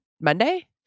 Monday